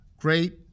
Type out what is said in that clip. great